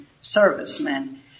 servicemen